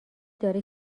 داره